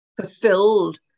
fulfilled